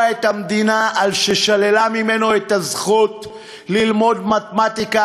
את המדינה על ששללה ממנו את הזכות ללמוד מתמטיקה,